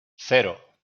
cero